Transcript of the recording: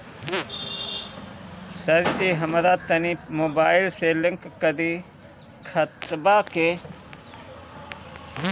सरजी हमरा तनी मोबाइल से लिंक कदी खतबा के